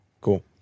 cool